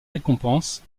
récompenses